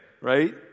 right